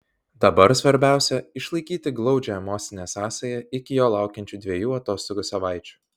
dabar svarbiausia išlaikyti glaudžią emocinę sąsają iki jo laukiančių dviejų atostogų savaičių